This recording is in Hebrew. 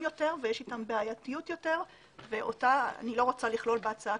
יותר ויש אתם בעייתיות יותר ואותה אני לא רוצה לכלול כרגע בהצעה.